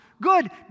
good